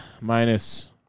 minus